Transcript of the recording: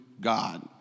God